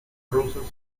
rusos